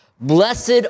Blessed